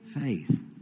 Faith